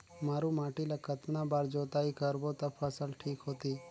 मारू माटी ला कतना बार जुताई करबो ता फसल ठीक होती?